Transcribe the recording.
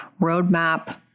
roadmap